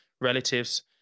relatives